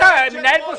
חבר הכנסת לוי,